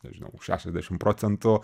nežinau šešiasdešim procentų